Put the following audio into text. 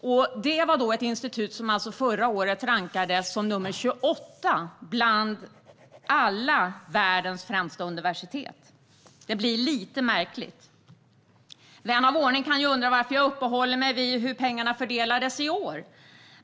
Och KI är ett institut som förra året rankades som nr 28 bland världens främsta universitet. Det blir lite märkligt. Vän av ordning kan undra varför jag uppehåller mig vid hur pengarna fördelades i år.